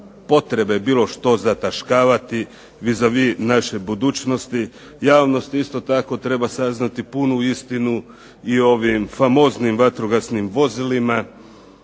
potrebe bilo što zataškavati vis a vis naše budućnosti. Javnost isto tako treba saznati punu istinu i ovdje im famoznim vatrogasnim vozilima